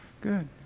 good